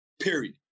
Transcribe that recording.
period